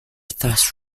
thus